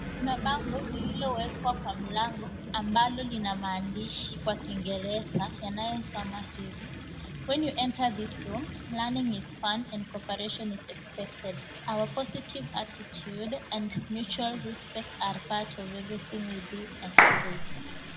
Kuna bango lililowekwa kwa mlango ambalo lina maandishi kwa kiingereza yanayosoma hivi "When you enter this room, learning is fun and cooperation is expected. Our positive attitude and mutual respect are part of everything we do and say".